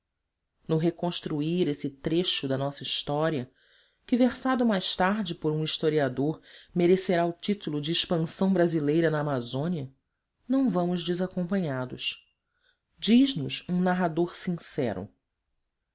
no reconstruir este trecho da nossa história que versado mais tarde por um historiador merecerá o título de expansão brasileira na amazônia não vamos desacompanhados diz nos um narrador sincero